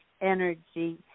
energy